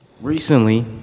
recently